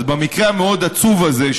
אז במקרה המאוד-עצוב הזה,